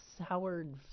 Howard